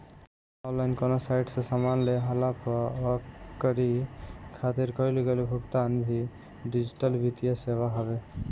online कवनो site से सामान लेहला पअ ओकरी खातिर कईल गईल भुगतान भी डिजिटल वित्तीय सेवा हवे